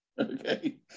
okay